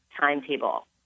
timetable